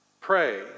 Pray